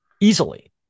easily